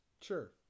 Sure